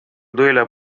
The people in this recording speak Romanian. doilea